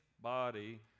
body